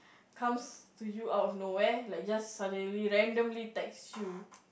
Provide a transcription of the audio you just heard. comes to you out of nowhere like just suddenly randomly text you